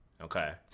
Okay